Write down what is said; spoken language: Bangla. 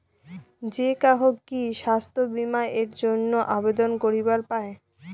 যে কাহো কি স্বাস্থ্য বীমা এর জইন্যে আবেদন করিবার পায়?